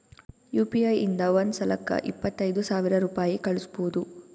you P I ಇಂದ ಒಂದ್ ಸಲಕ್ಕ ಇಪ್ಪತ್ತೈದು ಸಾವಿರ ರುಪಾಯಿ ಕಳುಸ್ಬೋದು